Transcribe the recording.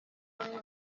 muri